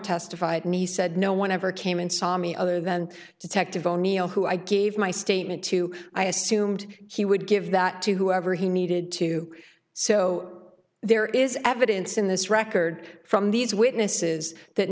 testified me said no one ever came in saw me other than detective o'neil who i gave my statement to i assumed he would give that to whoever he needed to so there is evidence in this record from these witnesses that